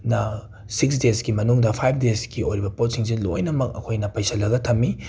ꯅ ꯁꯤꯛꯁ ꯗꯦꯁꯀꯤ ꯃꯅꯨꯡꯗ ꯐꯥꯏꯞ ꯗꯦꯁꯀꯤ ꯑꯣꯏꯕ ꯄꯣꯠꯁꯤꯡꯁꯤ ꯂꯣꯏꯅꯃꯛ ꯑꯩꯈꯣꯏꯅ ꯄꯩꯁꯤꯟꯂꯒ ꯊꯝꯃꯤ